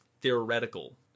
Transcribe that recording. theoretical